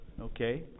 Okay